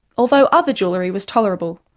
although other jewellery was tolerable,